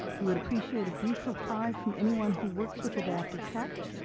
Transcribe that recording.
we would appreciate a brief reply from anyone who works with adaptive tech.